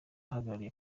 uhagarariye